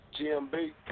GMB